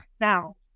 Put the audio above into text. Now